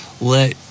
let